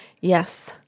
Yes